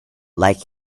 like